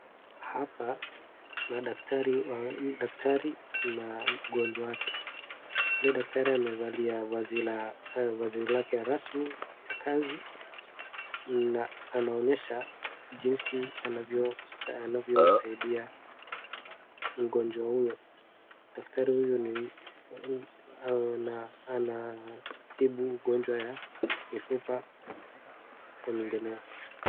Hapa kuna daktari daktari na mgonjwa wake. Yule daktari amevalia vazi la vazi lake rasmi ya kazi na anaonyesha jinsi anavyosaidia mgonjwa huyo. Daktari huyu ni anatibu ugonjwa ya mifupa na mengineyo.